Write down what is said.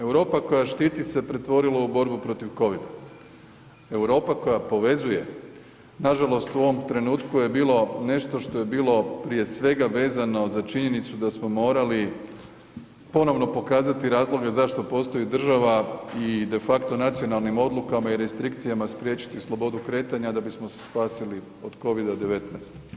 Europa koja štiti se pretvorila u borbu protiv covida, Europa koja povezuje nažalost u ovom trenutku je bilo nešto što je bilo prije svega vezano za činjenicu da smo morali ponovno pokazati razloge zašto postoji država i de facto nacionalnim odlukama i restrikcijama spriječiti slobodu kretanja da bismo se spasili od covida-19.